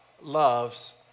loves